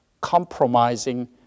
compromising